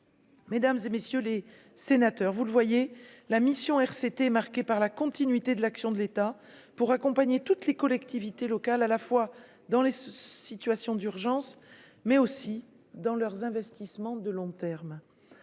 Mesdames et messieurs les sénateurs, vous le voyez, la mission RCT marquée par la continuité de l'action de l'État pour accompagner toutes les collectivités locales à la fois dans les situations d'urgence, mais aussi dans leurs investissements de long terme,